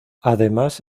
además